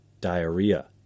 diarrhea